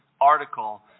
article